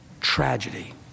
tragedy